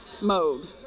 mode